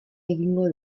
egingo